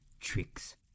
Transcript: tricks